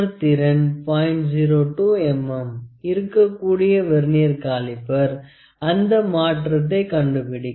02 mm இருக்கக்கூடிய vernier calliper அந்த மாற்றத்தை கண்டு பிடிக்கும்